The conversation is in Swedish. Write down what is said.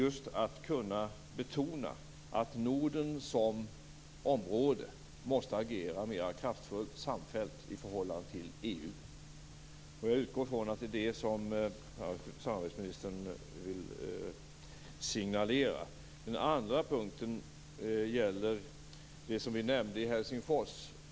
Det är viktigt att betona att Norden som område måste agera mer kraftfullt och samfällt i förhållande till EU. Jag utgår från att det är det som samarbetsministern vill signalera. Den andra punkten gäller det som vi nämnde i Helsingfors.